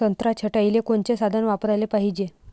संत्रा छटाईले कोनचे साधन वापराले पाहिजे?